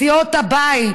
מסיעות הבית,